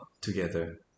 together